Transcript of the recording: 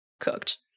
cooked